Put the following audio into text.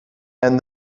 and